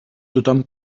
tothom